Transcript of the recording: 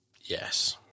Yes